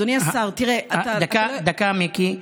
אדוני השר, תראה, דקה, מיקי.